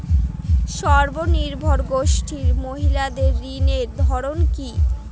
স্বনির্ভর গোষ্ঠীর মহিলাদের ঋণের ধরন কি?